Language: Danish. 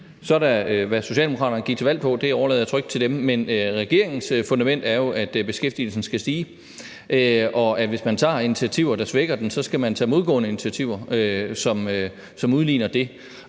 Så er der, hvad Socialdemokraterne gik til valg på, og det overlader jeg trygt til dem. Men regeringens fundament er jo, at beskæftigelsen skal stige, og hvis man tager initiativer, der svækker den, skal man tage modgående initiativer, som udligner det.